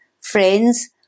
friends